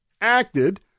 acted